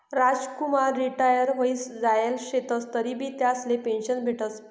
Ramkumar retire व्हयी जायेल शेतंस तरीबी त्यासले पेंशन भेटस